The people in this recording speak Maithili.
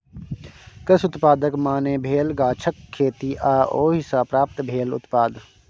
कृषि उत्पादक माने भेल गाछक खेती आ ओहि सँ प्राप्त भेल उत्पाद